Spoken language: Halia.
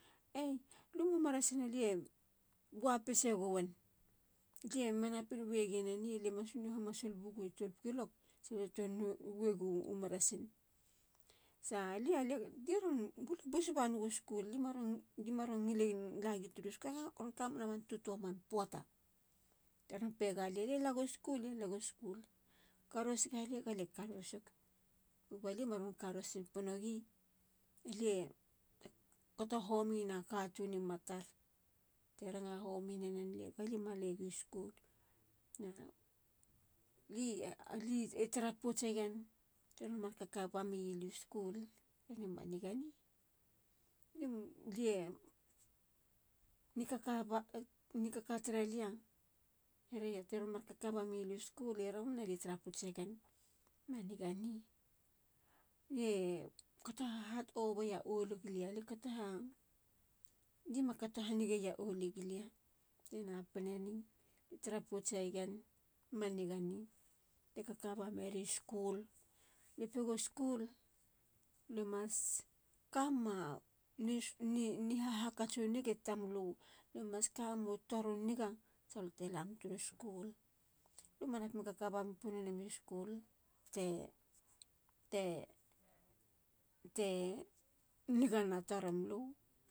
Ey. lumu meresin alie wa pesegowen tsie manapinwegien eni. lie mas no hamasulbugo 12 kilok salia te tuanwe go u meresin. salia. lie ron bus banegu school. li maron ngilin la gi turu school. ron kamena man tutoa man poata teron pegalia. lie le gu school. lie legu school. karos galia. gale karosik. kuba lie maron karos pinpino gi. alie. e. te kato homina katuni matar. te ranga hominenen lia. galiemalegiu school. na li. ali tara potseyen tiron mar kaka ba meyaliu school. e manigane. alie. nikaka taralie hereya tiron mar kaka ba meya liu school. i romana lie tara potsegen. manigani. lie kato ha hard ovag olig lia. li katoha. li makatohanigeya olig lia. te napine ni. lie tara potsegen. ma nigani. te kakaba meriu school. lie pegu school. lue mas kamema nihahakatsu nigi tamlu. lue mas kamemu tor u niga. sa lu te lam turu school. lue manapin kakaba pinpini nemiu school. te. te. te. nigana torimulu.